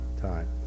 time